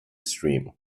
stream